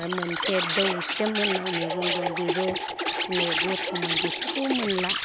दा मोनसे दौस्रेम होननाय मैगं दं बेबो जि गोथावमोन बेफोरखौबो मोनला